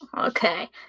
Okay